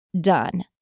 done